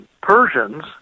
Persians